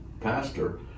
pastor